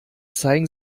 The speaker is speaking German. zeigen